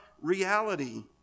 reality